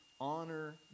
honor